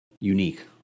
unique